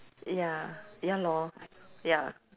ya ya lor ya